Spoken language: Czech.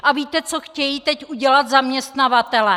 A víte, co chtějí teď udělat zaměstnavatelé?